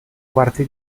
quarti